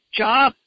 job